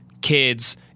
kids